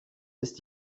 ist